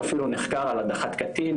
הוא אפילו נחקר על הדחת קטין,